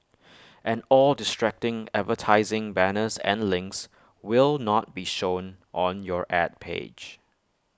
and all distracting advertising banners and links will not be shown on your Ad page